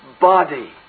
body